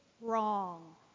wrong